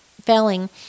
failing